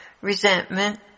resentment